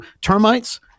termites